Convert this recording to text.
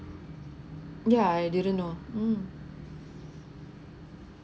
yeah I didn't know mm